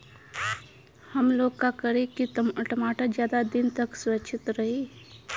हमलोग का करी की टमाटर ज्यादा दिन तक सुरक्षित रही?